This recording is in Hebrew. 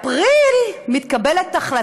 אנחנו נצמצם את הפערים בבריאות, בחינוך.